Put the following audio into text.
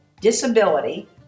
disability